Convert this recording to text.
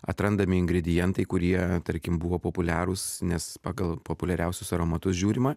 atrandami ingredientai kurie tarkim buvo populiarūs nes pagal populiariausius aromatus žiūrima